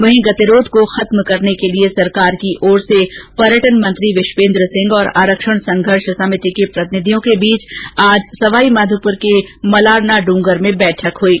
वहीं गतिरोध को खत्म करने के लिए सरकार की ओर से पर्यटन मंत्री विश्वेन्द्र सिंह और आरक्षण संघर्ष समिति के प्रतिनिधियों के बीच सवाईमाधोप्र के मलारना ड्गर में बैठक चल रही है